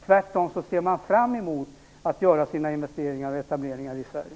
Tvärtom ser man fram emot att göra investeringar och etableringar i Sverige.